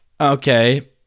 Okay